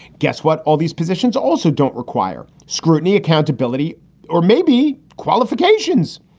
guess what? all these positions also don't require scrutiny, accountability or maybe qualifications.